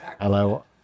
Hello